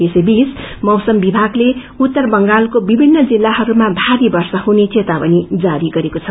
यसैबीच मौसम विभागले उत्तर बंगालको विभिन्न जिल्लाहरूमा भारी वर्षा हुने चेतावनी जारी गरेको छ